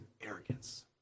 arrogance